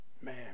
Man